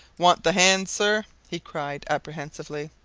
want the hands, sir? he cried, apprehensively.